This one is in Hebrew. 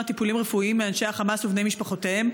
טיפולים רפואיים מאנשי החמאס ובני משפחותיהם,